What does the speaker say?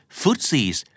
footsies